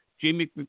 Jamie